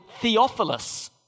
Theophilus